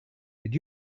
did